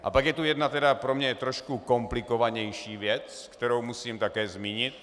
A pak je tu jedna pro mě trošku komplikovanější věc, kterou musím také zmínit.